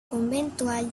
conventual